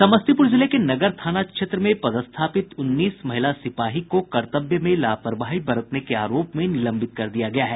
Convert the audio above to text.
समस्तीपूर जिले के नगर थाना में पदस्थापित उन्नीस महिला सिपाही को कर्तव्य में लापरवाही बरतने के आरोप में निलंबित कर दिया गया है